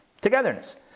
togetherness